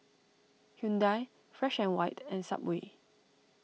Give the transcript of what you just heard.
Hyundai Fresh and White and Subway